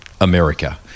America